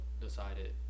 decided